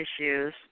issues